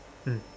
mm